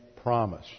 promise